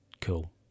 Cool